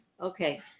okay